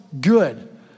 good